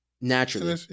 Naturally